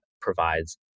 provides